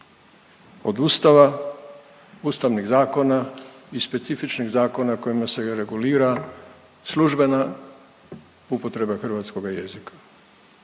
od Ustava, ustavnih zakona i specifičnih zakona kojima se regulira službena upotreba hrvatskoga jezika.